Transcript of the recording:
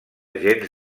gens